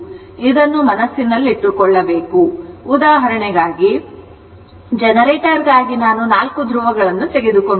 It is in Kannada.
ಇದನ್ನು ಮನಸ್ಸಿನಲ್ಲಿಟ್ಟುಕೊಳ್ಳಬೇಕು ಉದಾಹರಣೆಗೆ ಜನರೇಟರ್ ಗಾಗಿ ನಾನು 4 ಧ್ರುವಗಳನ್ನು ತೆಗೆದುಕೊಂಡಿದ್ದೇನೆ